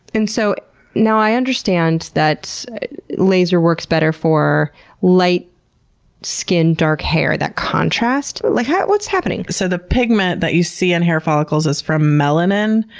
and so now i understand that laser works better for light skin, dark hair that contrast. like, what's happening? so, the pigment that you see in hair follicles is from melanin,